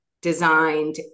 designed